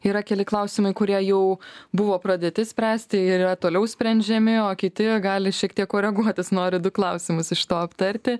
yra keli klausimai kurie jau buvo pradėti spręsti ir yra toliau sprendžiami o kiti gali šiek tiek koreguotis nori du klausimus iš to aptarti